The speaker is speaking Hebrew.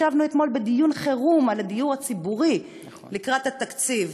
ישבנו אתמול בדיון חירום על הדיור הציבורי לקראת התקציב.